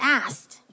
asked